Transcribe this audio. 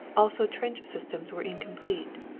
also trench systems were incomplete.